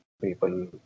people